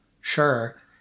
sure